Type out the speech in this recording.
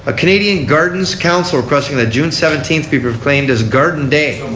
ah canadian gardens council request june seventeen be proclaimed as garden day.